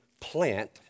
plant